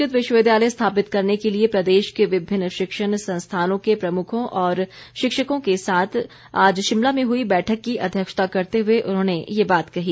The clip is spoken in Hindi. संस्कृत विश्वविद्यालय स्थापित करने के लिए प्रदेश के विभिन्न शिक्षण संस्थानों के प्रमुखों और शिक्षकों के साथ आज शिमला में हुई बैठक की अध्यक्षता करते हुए उन्होंने ये बात कही